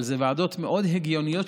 אבל אלה ועדות מאוד הגיוניות,